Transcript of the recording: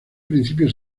principio